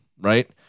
right